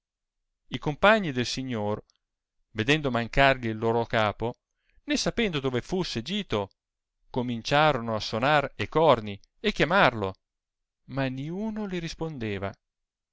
i compagni del signor vedendo mancargli il lor capo né sapendo dove fusse gito cominciarono a sonar e corni e chiamarlo ma ninno li rispondeva